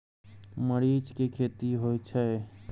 मरीच के खेती होय छय?